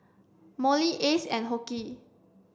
Mollie Ace and Hoke